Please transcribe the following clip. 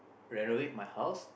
renovate my house